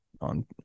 on